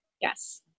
Yes